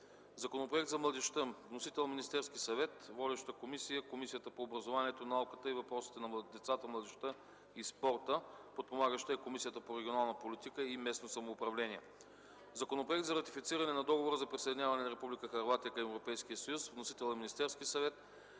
Законопроект за младежта. Вносител – Министерският съвет. Водеща е Комисията по образованието, науката и въпросите на децата, младежта и спорта. Подпомагаща е Комисията по регионална политика и местно самоуправление. - Законопроект за ратифициране на Договора за присъединяване на Република Хърватия към Европейския съюз. Вносител е Министерският съвет.